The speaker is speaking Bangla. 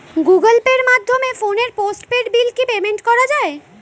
গুগোল পের মাধ্যমে ফোনের পোষ্টপেইড বিল কি পেমেন্ট করা যায়?